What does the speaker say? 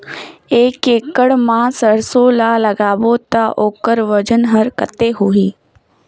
एक एकड़ मा सरसो ला लगाबो ता ओकर वजन हर कते होही?